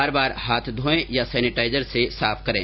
बार बार हाथ धोयें या सेनेटाइजर से साफ करें